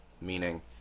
meaning